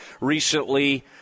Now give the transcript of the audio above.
recently